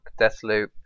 Deathloop